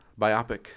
Biopic